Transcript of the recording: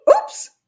oops